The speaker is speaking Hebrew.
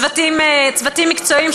צוותים מקצועיים,